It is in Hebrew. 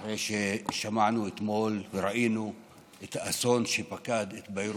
אחרי ששמענו וראינו אתמול את האסון שפקד את ביירות.